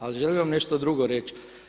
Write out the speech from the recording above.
Ali želim vam nešto drugo reći.